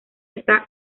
está